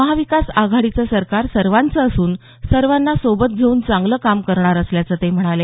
महाविकास आघाडीचं सरकार सर्वांचं असून सर्वांना सोबत घेऊन चांगलं काम करणार असल्याचं ते म्हणाले